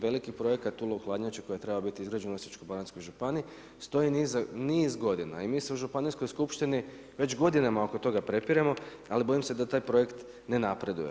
Veliki projekat ulo hladnjače koje treba biti izgrađen u Osječko-baranjskoj županiji stoji niz godina i mi se u županijskoj skupštini već godinama oko toga prepiremo, ali bojim se da taj projekt ne napreduje.